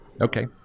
Okay